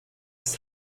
its